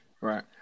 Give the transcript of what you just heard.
Right